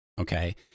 Okay